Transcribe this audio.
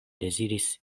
deziris